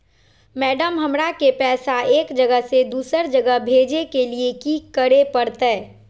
Madam, हमरा के पैसा एक जगह से दुसर जगह भेजे के लिए की की करे परते?